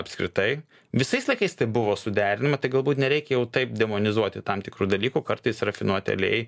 apskritai visais laikais tai buvo suderinama tai galbūt nereikia jau taip demonizuoti tam tikrų dalykų kartais rafinuoti aliejai